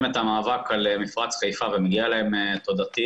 את המאבק על מפרץ חיפה ומגיעה להם תודתי